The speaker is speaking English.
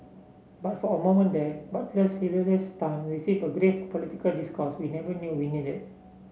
but for a moment there Butler's hilarious stunt received a grave political discourse we never knew we needed